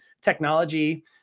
technology